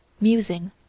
musing